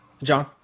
John